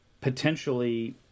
potentially